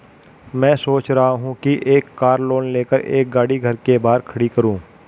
मैं सोच रहा हूँ कि कार लोन लेकर एक गाड़ी घर के बाहर खड़ी करूँ